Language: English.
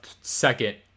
second